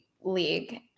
League